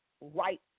right